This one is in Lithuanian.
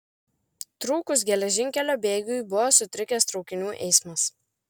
trūkus geležinkelio bėgiui buvo sutrikęs traukinių eismas